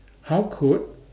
how could